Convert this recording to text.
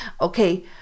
okay